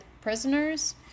prisoners